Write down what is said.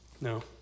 No